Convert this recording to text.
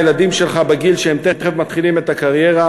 הילדים שלך בגיל שהם תכף מתחילים את הקריירה,